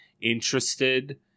interested